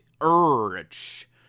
urge